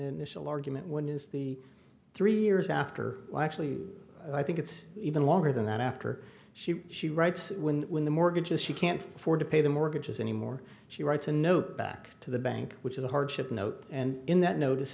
amount when it is the three years after actually i think it's even longer than that after she she writes when when the mortgages she can't afford to pay the mortgages anymore she writes a note back to the bank which is a hardship note and in that notice